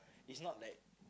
is not like